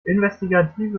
investigative